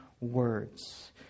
words